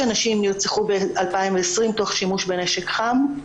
נשים נרצחו ב-2020 תוך שימוש בנשק חם,